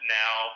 now